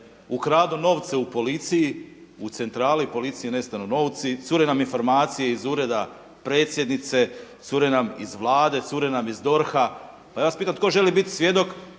ukradu novce u policiji, u centrali policije nestanu novci, cure nam informacije iz ureda predsjednice, cure nam iz Vlade, cure nam iz DORH-a pa ja vas pitam tko želi biti svjedok